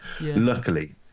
luckily